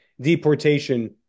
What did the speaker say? deportation